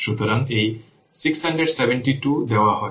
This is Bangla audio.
সুতরাং এই 672 দেওয়া হয়